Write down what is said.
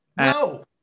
no